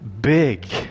big